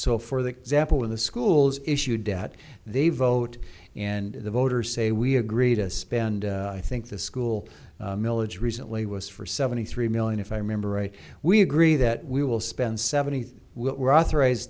so for the example in the schools issue debt they vote in the voters say we agree to spend i think the school milage recently was for seventy three million if i remember right we agree that we will spend seventy were authorized